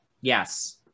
Yes